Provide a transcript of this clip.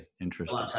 Interesting